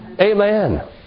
Amen